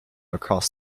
across